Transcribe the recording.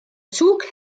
zug